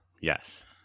Yes